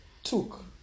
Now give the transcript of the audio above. took